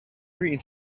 green